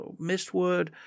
Mistwood